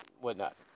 whatnot